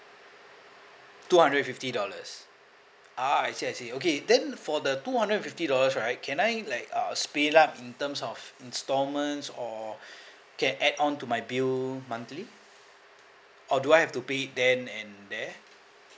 two hundred and fifty dollars ah I see I see okay then for the two hundred and fifty dollars right can I like uh split it up in terms of instalments or can add on to my bill monthly or do I have to pay then and there